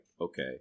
okay